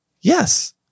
yes